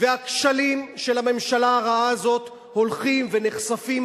והכשלים של הממשלה הרעה הזאת הולכים ונחשפים,